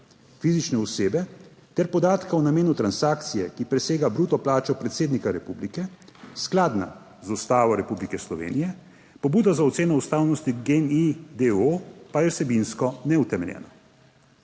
fizične osebe ter podatka o namenu transakcije, ki presega bruto plačo predsednika republike, skladna z Ustavo Republike Slovenije, pobuda za oceno ustavnosti GEN-I d. o. o. pa je vsebinsko neutemeljena.